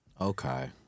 Okay